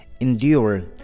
Endure